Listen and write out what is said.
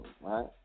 right